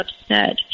upset